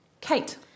Kate